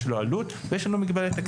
יש לו עלות ויש לנו מגבלת תקציב.